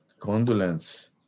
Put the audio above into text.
Condolence